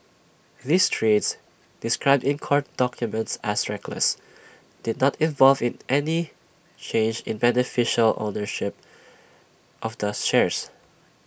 these trades described in court documents as reckless did not involve IT any change in beneficial ownership of the shares